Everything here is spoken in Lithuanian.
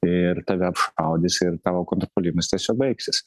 ir tave apšaudys ir tavo kontrpuolimas tiesiog baigsis